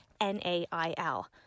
n-a-i-l